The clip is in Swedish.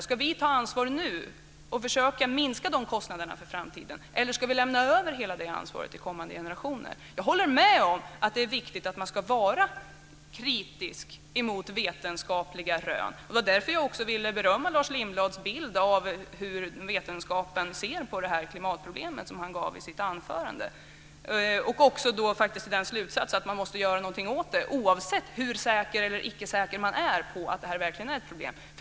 Ska vi ta ansvar nu och försöka minska de kostnaderna för framtiden, eller ska vi lämna över hela det ansvaret till kommande generationer? Jag håller med om att det är viktigt att vara kritisk mot vetenskapliga rön. Det var därför jag också ville berömma Lars Lindblad för den bild av hur vetenskapen ser på klimatproblemet som han gav i sitt anförande, och också slutsatsen att man måste göra någonting åt det oavsett hur säker eller icke säker man är på att detta verkligen är ett problem.